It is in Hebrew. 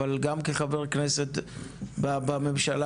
אבל גם כחבר כנסת בממשלה